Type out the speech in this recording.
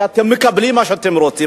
כי אתם מקבלים מה שאתם רוצים.